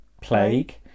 Plague